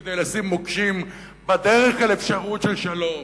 כדי לשים מוקשים בדרך אל אפשרות של שלום,